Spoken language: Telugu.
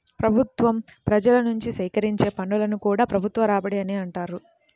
ప్రభుత్వం ప్రజల నుంచి సేకరించే పన్నులను కూడా ప్రభుత్వ రాబడి అనే అంటారు